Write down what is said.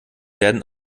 werden